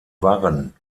warren